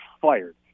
fired